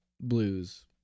blues